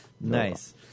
Nice